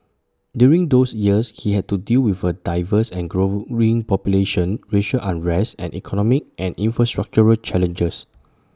during those years he had to deal with A diverse and growing population racial unrest and economic and infrastructural challenges